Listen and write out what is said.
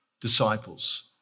disciples